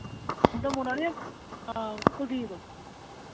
उं'दा मुड़ा नी हां कुलदीप